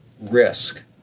risk